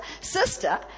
sister